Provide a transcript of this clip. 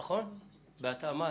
אילן,